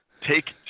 take